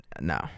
No